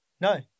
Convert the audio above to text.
No